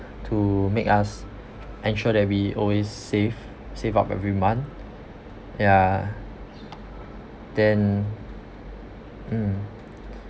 to make us ensure that we always save save up every month ya then mm